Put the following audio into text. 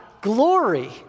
glory